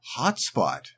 Hotspot